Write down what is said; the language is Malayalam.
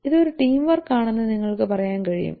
ഇത് ഒരു ടീം വർക്ക് ആണെന്ന് നിങ്ങൾക്ക് പറയാൻ കഴിയും